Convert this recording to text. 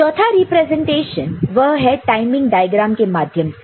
चौथा रिप्रेजेंटेशन वह है टाइमिंग डायग्राम के माध्यम से